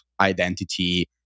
identity